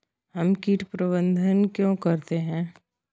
हम कीट प्रबंधन क्यों करते हैं?